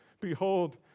Behold